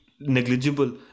negligible